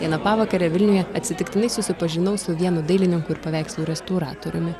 vieną pavakarę vilniuje atsitiktinai susipažinau su vienu dailininku ir paveikslų restauratoriumi